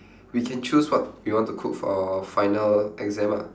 we can choose what we want to cook for final exam ah